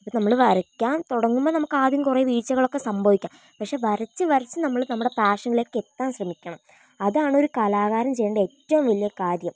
ഇപ്പം നമ്മൾ വരയ്ക്കാൻ തുടങ്ങുമ്പം നമുക്ക് ആദ്യം കുറേ വീഴ്ച്ചകളൊക്കെ സംഭവിക്കാം പക്ഷേ വരച്ച് വരച്ച് നമ്മൾ നമ്മുടെ പാഷനിലേക്കെത്താൻ ശ്രമിക്കണം അതാണ് ഒരു കലാകാരൻ ചെയ്യേണ്ട ഏറ്റവും വലിയ കാര്യം